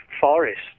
forests